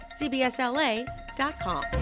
cbsla.com